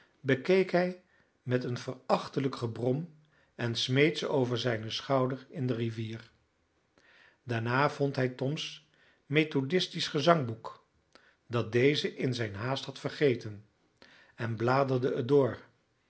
bekeek hij met een verachtelijk gebrom en smeet ze over zijnen schouder in de rivier daarna vond hij toms methodistisch gezangboek dat deze in zijne haast had vergeten en bladerde het door